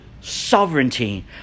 sovereignty